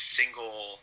single